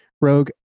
Rogue